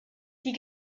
die